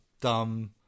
dumb